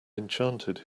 enchanted